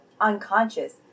unconscious